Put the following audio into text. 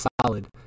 solid